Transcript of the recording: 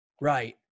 Right